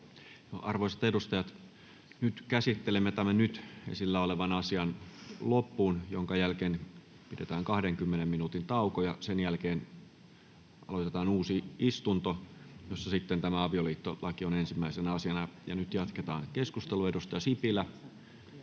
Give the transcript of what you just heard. Arvoisat edustajat, käsittelemme tämän nyt esillä olevan asian loppuun, minkä jälkeen pidetään 20 minuutin tauko ja sen jälkeen aloitetaan uusi istunto, jossa sitten tämä avioliittolaki on ensimmäisenä asiana. — Ja nyt jatketaan keskustelua, edustaja Sipilä